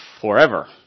forever